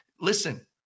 Listen